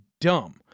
dumb